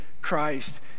Christ